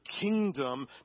kingdom